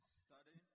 study